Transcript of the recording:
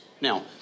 Now